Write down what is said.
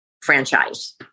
franchise